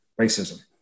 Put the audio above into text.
racism